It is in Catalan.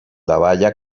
davalla